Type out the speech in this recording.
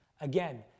Again